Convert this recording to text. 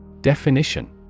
Definition